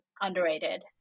underrated